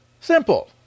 Simple